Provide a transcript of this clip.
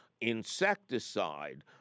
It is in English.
insecticide